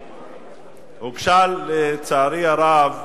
הוגשה, לצערי הרב,